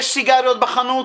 יש סיגריות בחנות?